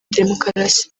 demokarasi